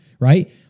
right